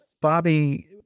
Bobby